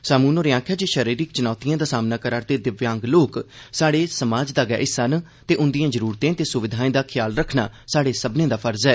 सामून होरें आक्खेया जे शारीरिक च्नौतियें दा सामना करा रदे दिव्यांग लोक स्हाड़े समाज दा गै हिस्सा न ते उन्दियें जरुरतें ते स्विधाएं दा ख्याल रखना स्हाड़े सब्बने दा फर्ज ऐ